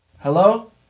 Hello